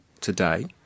today